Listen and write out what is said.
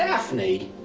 daphne?